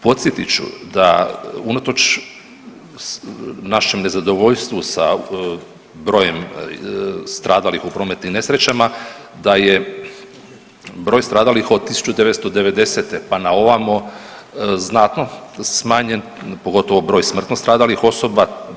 Podsjetit ću da unatoč našem nezadovoljstvu sa brojem stradalim u prometnim nesrećama da je broj stradalih od 1990. pa na ovamo znatno smanjen, pogotovo smrtno stradalih osoba.